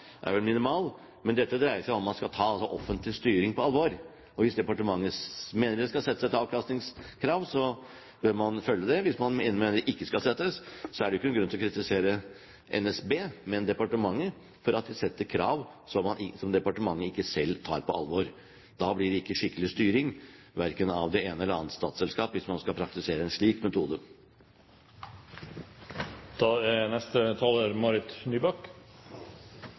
er vel minimal. Men dette dreier seg om hvorvidt man skal ta offentlig styring på alvor. Hvis departementet mener at det skal settes et avkastningskrav, bør man følge det. Hvis man mener at det ikke skal settes, er det ikke noen grunn til å kritisere NSB, men departementet for at de setter krav som departementet ikke selv tar på alvor. Det blir ikke skikkelig styring verken av det ene eller annet statsselskap, hvis man skal praktisere en slik